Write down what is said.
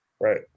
right